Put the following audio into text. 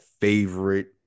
favorite